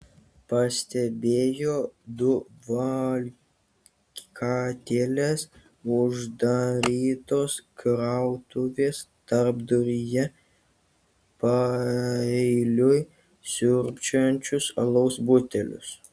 pastebėjo du valkatėles uždarytos krautuvės tarpduryje paeiliui siurbčiojančius alaus butelį